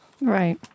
Right